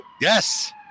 yes